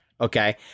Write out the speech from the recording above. okay